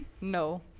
no